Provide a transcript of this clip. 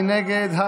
מי נגד?